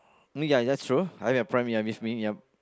mm ya that's true I mean yeah miss me ya